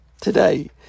today